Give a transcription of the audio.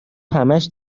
همش